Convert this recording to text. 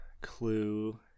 Clue